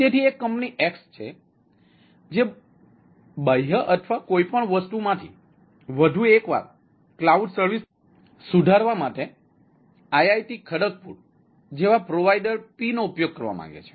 તેથી એક company X છે જે બાહ્ય અથવા કોઈપણ વસ્તુમાંથી વધુ એકવાર ક્લાઉડ સર્વિસ ને સુધારવા માટે IIT ખડગપુર જેવા પ્રોવાઇડર P નો ઉપયોગ કરવા માંગે છે